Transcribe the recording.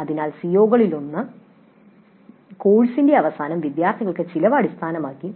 അതിനാൽ സിഒകളിലൊന്ന് കോഴ്സിന്റെ അവസാനം വിദ്യാർത്ഥികൾക്ക് ചെലവ് അടിസ്ഥാനമാക്കി